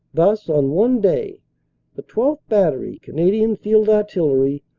thus on one day the twelfth. battery, canadian field artillery,